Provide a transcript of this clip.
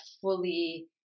fully